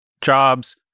Jobs